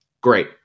great